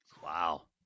Wow